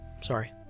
Sorry